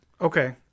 okay